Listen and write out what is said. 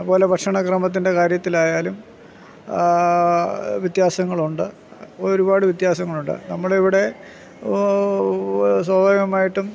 അതുപോലെ ഭക്ഷണ ക്രമത്തിൻ്റെ കാര്യത്തിലായാലും വ്യത്യാസങ്ങളുണ്ട് ഒരുപാട് വ്യത്യാസങ്ങളുണ്ട് നമ്മൾ ഇവിടെ സ്വാഭാവികമായിട്ടും